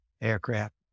aircraft